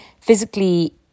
physically